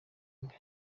mbi